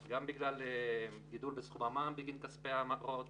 גם בגלל גידול בסכום המע"מ בגין כספי ההמרות,